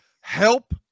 help